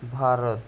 Bharat